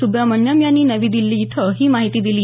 सुब्रमणिअन यांनी नवी दिल्ली इथं ही माहिती दिली